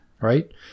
Right